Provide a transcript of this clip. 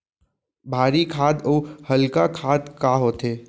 भारी खाद अऊ हल्का खाद का होथे?